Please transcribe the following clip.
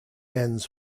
ends